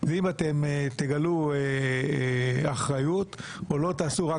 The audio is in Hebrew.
תגלו אחריות ותעשו את מה שנכון,